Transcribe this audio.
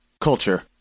Culture